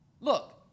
Look